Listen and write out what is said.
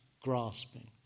grasping